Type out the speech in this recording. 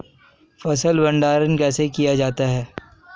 फ़सल भंडारण कैसे किया जाता है?